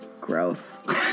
Gross